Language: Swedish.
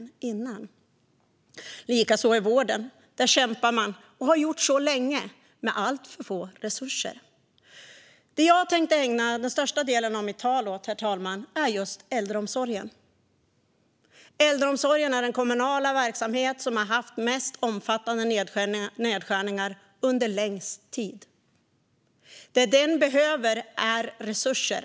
Likadant är det med vården. Där kämpar man. Och det har man gjort länge, med alltför få resurser. Herr talman! Jag tänker ägna större delen av mitt anförande åt just äldreomsorgen. Äldreomsorgen är den kommunala verksamhet som har haft mest omfattande nedskärningar under längst tid. Det som den behöver är resurser.